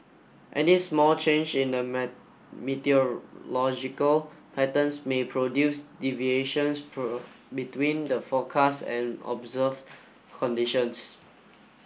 any small change in the meteorological patterns may produce deviations between the forecast and observe conditions